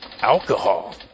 alcohol